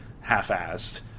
half-assed